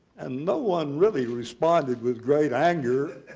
and no one really responded with great anger